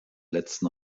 letzten